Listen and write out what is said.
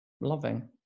loving